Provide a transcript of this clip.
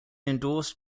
endorsed